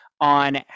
on